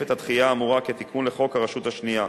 את הדחייה האמורה כתיקון לחוק הרשות השנייה.